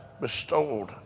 bestowed